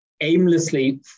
aimlessly